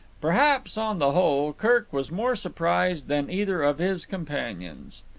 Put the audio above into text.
perhaps, on the whole, kirk was more surprised than either of his companions.